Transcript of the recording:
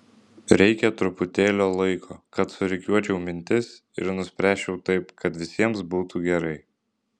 reikia truputėlio laiko kad surikiuočiau mintis ir nuspręsčiau taip kad visiems būtų gerai